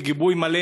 וגיבוי מלא,